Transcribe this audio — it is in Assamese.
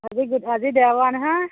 আজি গো আজি দেওবাৰ নহয়